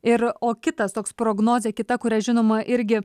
ir o kitas toks prognozė kita kurią žinoma irgi